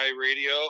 Radio